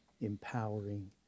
empowering